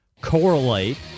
correlate